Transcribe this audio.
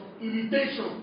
irritation